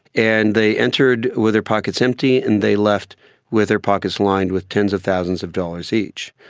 and they entered with their pockets empty and they left with their pockets lined with tens of thousands of dollars each.